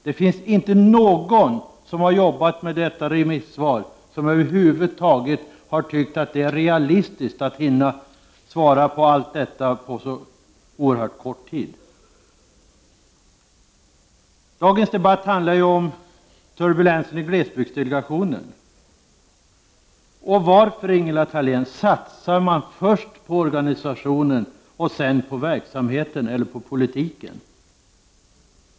Det finns inte någon som har arbetat med den remissen som över huvud taget tyckt att det är realistiskt att hinna svara på allt detta på så oerhört kort tid. Dagens debatt handlar om turbulensen i glesbygdsdelegationen. Varför, Ingela Thalén, satsar man först på organisationen och sedan på verksamheten eller politiken?